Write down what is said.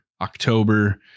October